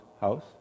house